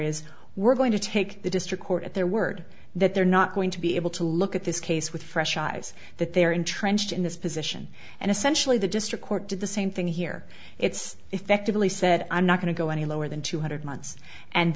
is we're going to take the district court at their word that they're not going to be able to look at this case with fresh eyes that they're entrenched in this position and essentially the district court did the same thing here it's effectively said i'm not going to go any lower than two hundred months and